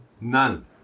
none